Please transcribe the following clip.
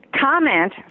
comment